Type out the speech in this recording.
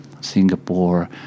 Singapore